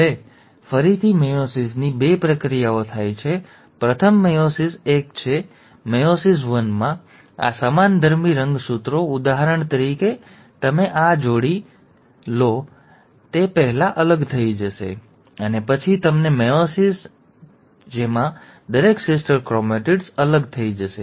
હવે તેથી ફરીથી મેયોસિસની બે પ્રક્રિયાઓ છે પ્રથમ મેયોસિસ એક છે મેયોસિસ વનમાં આ સમાનધર્મી રંગસૂત્રો ઉદાહરણ તરીકે તમે આ જોડી અને આ જોડી લો છો તે પહેલાં અલગ થઈ જશે અને પછી તમને મેયોસિસ બે થશે જેમાં દરેક સિસ્ટર ક્રોમેટિડ્સ અલગ થઈ જશે